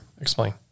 Explain